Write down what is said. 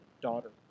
daughter